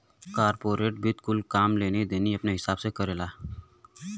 corporate वित्त कुल काम लेनी देनी अपने हिसाब से करेला